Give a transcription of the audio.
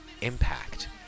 impact